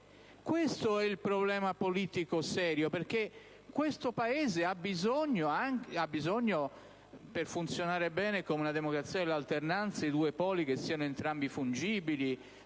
Questo è il problema politico serio, perché il Paese ha bisogno, per far funzionare bene la democrazia dell'alternanza, che i due poli siano entrambi fungibili,